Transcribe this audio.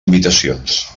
invitacions